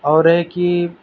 اور یہ کہ